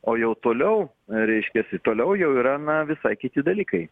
o jau toliau reiškiasi toliau jau yra na visai kiti dalykai